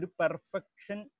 perfection